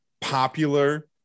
popular